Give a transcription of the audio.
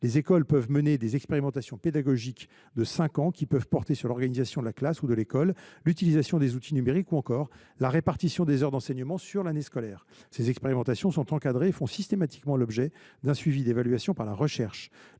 les écoles peuvent mener des expérimentations pédagogiques de cinq ans portant sur l’organisation de la classe ou de l’école, l’utilisation des outils numériques ou encore la répartition des heures d’enseignement sur l’année scolaire. Ces expérimentations sont encadrées et font systématiquement l’objet d’un suivi d’évaluation par la recherche.